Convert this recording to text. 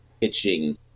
pitching